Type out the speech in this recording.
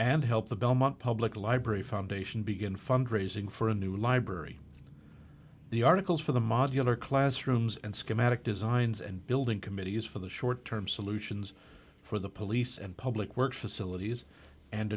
and help the belmont public library foundation begin fundraising for a new library the articles for the modular classrooms and schematic designs and building committees for the short term solutions for the police and public works facilities and